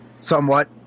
somewhat